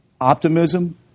optimism